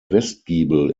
westgiebel